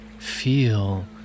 Feel